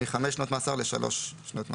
מחמש שנות מאסר לשלוש שנות מאסר.